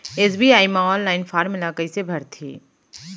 SBI म online form ल कइसे भरथे?